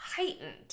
heightened